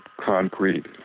concrete